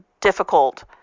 difficult